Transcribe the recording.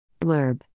Blurb